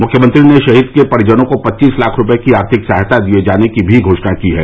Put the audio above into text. मुख्यमंत्री ने शहीद के परिजनों को पच्चीस लाख रूपये की आर्थिक सहायता दिये जाने की भी घोषणा की है